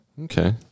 Okay